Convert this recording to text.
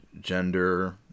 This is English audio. gender